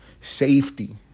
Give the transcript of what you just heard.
safety